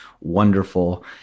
wonderful